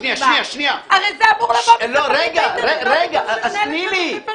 הרי זה אמור לבוא מספקית האינטרנט,